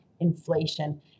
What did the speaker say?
inflation